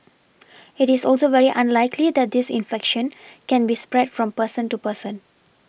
it is also very unlikely that this infection can be spread from person to person